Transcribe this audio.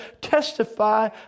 testify